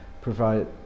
provide